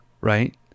right